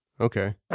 Okay